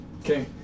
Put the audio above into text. Okay